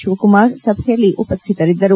ಶಿವಕುಮಾರ್ ಸಭೆಯಲ್ಲಿ ಉಪಸ್ಥಿತರಿದ್ದರು